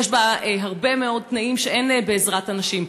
יש בה הרבה מאוד תנאים שאין בעזרת הנשים.